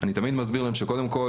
אני תמיד מסביר להם שקודם כל